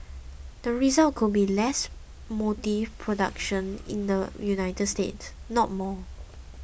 the result could be less motive production in the United States not more